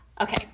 okay